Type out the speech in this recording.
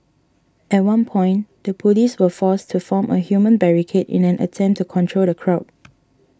at one point the police were forced to form a human barricade in an attempt to control the crowd